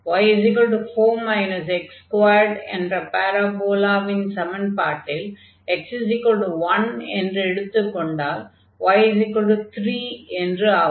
y 4 x2 என்ற பாரபோலாவின் சமன்பாட்டில் x1 என்று எடுத்துக் கொண்டால் y3 என்று ஆகும்